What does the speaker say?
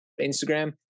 Instagram